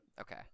Okay